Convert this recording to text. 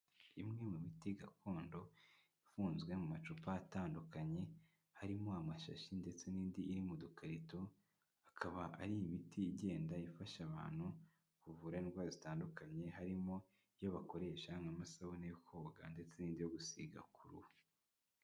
Imwe mu miti gakondo ifunzwe mu macupa atandukanye, harimo amashashi ndetse n'indi iri mu dukarito, akaba ari imiti igenda ifasha abantu kuvura indwara zitandukanye, harimo iyo bakoresha nk'amasabune yo koga ndetse n'indi yo gusiga ku ruhu.